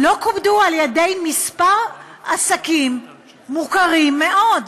לא כובדו על-ידי כמה עסקים מוכרים מאוד,